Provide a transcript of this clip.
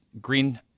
green